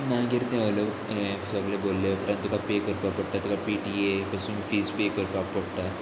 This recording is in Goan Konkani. मागीर तें हलो हें सगळें भरले परत तुका पे करपा पडटा तुका पीटीए पसून फीस पे करपाक पडटा